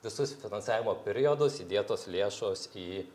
visus finansavimo periodus įdėtos lėšos į